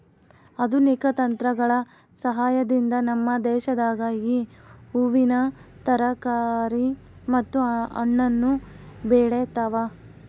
ಆಧುನಿಕ ತಂತ್ರಗಳ ಸಹಾಯದಿಂದ ನಮ್ಮ ದೇಶದಾಗ ಈ ಹೂವಿನ ತರಕಾರಿ ಮತ್ತು ಹಣ್ಣನ್ನು ಬೆಳೆತವ